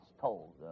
told